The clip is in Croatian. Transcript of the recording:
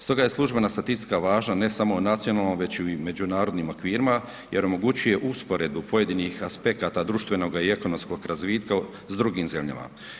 Stoge je službena statistika važna ne samo u nacionalnom već i u međunarodnim okvirima jer omogućuje usporedbu pojedinih aspekata društvenog i ekonomskog razvitka s drugim zemljama.